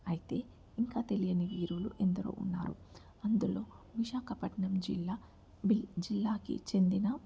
అయితే ఇంకా తెలియని వీరులు ఎందరో ఉన్నారు అందులో విశాఖపట్నం జిలా జిల్లాకి చెందిన